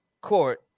court